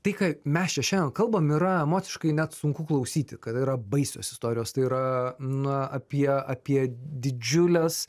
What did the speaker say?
tai ką mes čia šiandien kalbam yra emociškai net sunku klausyti kad yra baisios istorijos tai yra na apie apie didžiules